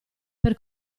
per